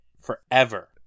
Forever